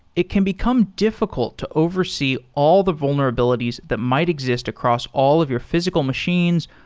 it can become difficult to oversee all the vulnerabilities that might exist across all of your physical machines,